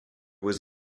was